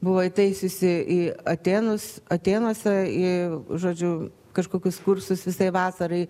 buvo įtaisiusi į atėnus atėnuose į žodžiu kažkokius kursus visai vasarai